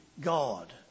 God